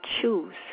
choose